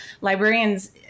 Librarians